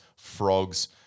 Frogs